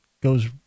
goes